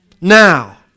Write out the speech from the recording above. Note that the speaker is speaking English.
Now